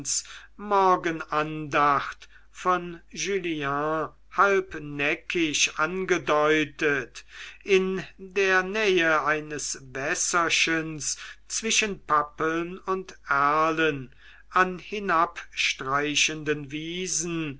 morgenandacht von julien halb neckisch angedeutet in der nähe eines wässerchens zwischen pappeln und erlen an hinabstreichenden wiesen